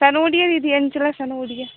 सनूरिया दीदी अंचला सनूरिया